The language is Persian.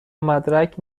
مدرک